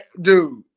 dude